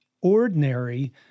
ordinary